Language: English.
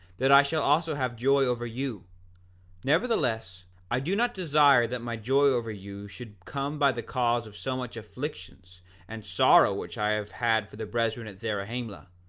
that i shall also have joy over you nevertheless i do not desire that my joy over you should come by the cause of so much afflictions and sorrow which i have had for the brethren at zarahemla,